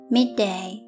Midday